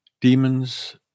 Demons